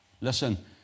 Listen